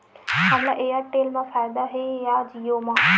हमला एयरटेल मा फ़ायदा हे या जिओ मा?